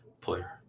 player